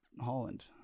Holland